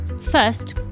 First